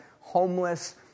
homeless